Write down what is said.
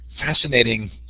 fascinating